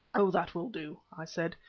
oh! that will do, i said,